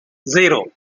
zero